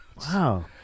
Wow